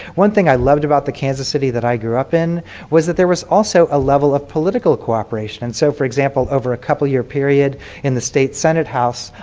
one thing i loved about the kansas city that i grew up in was that there was also a level of political cooperation. and so for example, over a couple year period in the state senate house,